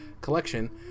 collection